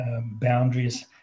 boundaries